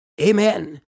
Amen